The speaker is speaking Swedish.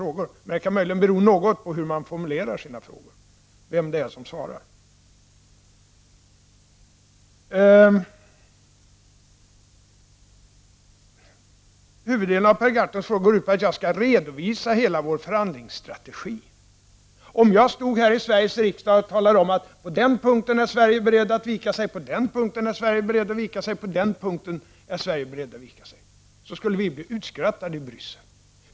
Men vem som svarar kan möjligen också bero något på hur man formulerar sina frågor. Huvuddelen av Per Gahrtons frågor går ut på att jag skall redovisa hela vår förhandlingsstrategi. Om jag här i Sveriges riksdag talade om att Sverige på den ena punkten efter den andra är berett att vika sig, skulle vi bli utskrattade i Bryssel.